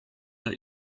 let